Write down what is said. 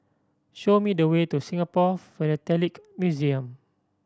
show me the way to Singapore Philatelic Museum